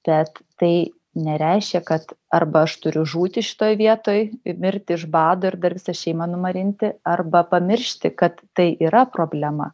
bet tai nereiškia kad arba aš turiu žūti šitoj vietoj mirti iš bado ir dar visą šeimą numarinti arba pamiršti kad tai yra problema